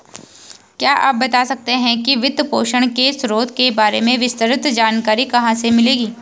क्या आप बता सकते है कि वित्तपोषण के स्रोतों के बारे में विस्तृत जानकारी कहाँ से मिलेगी?